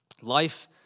Life